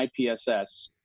IPSS